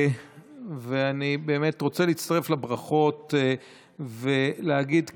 ואני באמת רוצה להצטרף לברכות ולהגיד כאן,